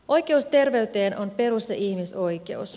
oikeus terveyteen on perus ja ihmisoikeus